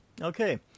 Okay